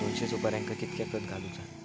दोनशे सुपार्यांका कितक्या खत घालूचा?